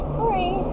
sorry